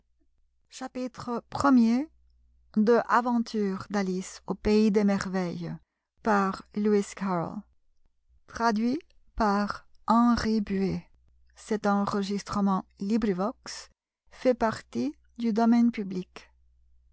aventures d'alice au pays des merveilles